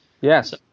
Yes